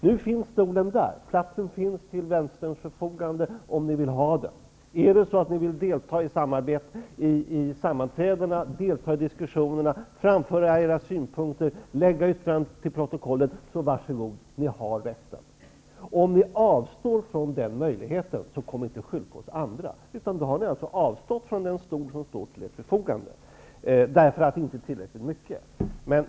Nu finns stolen där, platsen finns till Vänsterns förfogande, om ni vill ha den. Vill ni delta i samarbetet, sammanträdena, diskussionerna, framföra era synpunkter, lägga yttranden till protokollet, så var så goda, ni har rätten! Om ni avstår från den möjligheten, så kom inte och skyll på oss andra. Då har ni alltså avstått från den stol som står till ert förfogande, därför att det inte är tillräckligt mycket.